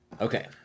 Okay